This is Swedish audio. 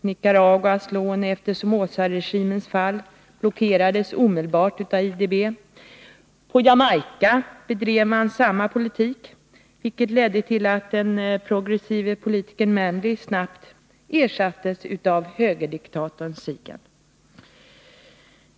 Nicaraguas lån efter Somozaregimens fall blockerades omedelbart av IDB. På Jamaica bedrev man samma politik, vilket ledde till att den progressive politikern Manley snabbt ersattes av högerdiktatorn Seaga.